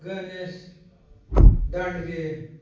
Ganesh Dandge